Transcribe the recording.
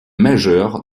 majeur